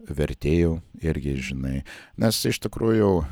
vertėjų irgi žinai nes iš tikrųjų